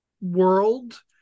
world